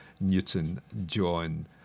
Newton-John